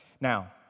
Now